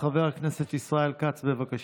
חבר הכנסת ישראל כץ, בבקשה.